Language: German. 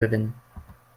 gewinnen